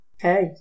Hey